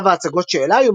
מירב ההצגות שהעלה,